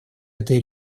этой